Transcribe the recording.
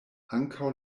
ankaŭ